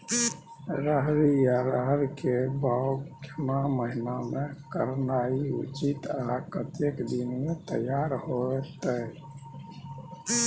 रहरि या रहर के बौग केना महीना में करनाई उचित आ कतेक दिन में तैयार होतय?